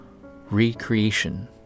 Recreation